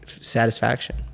satisfaction